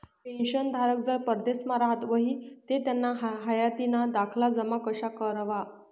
पेंशनधारक जर परदेसमा राहत व्हयी ते त्याना हायातीना दाखला जमा कशा करवा?